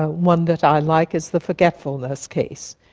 ah one that i like is the forgetfulness case.